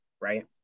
right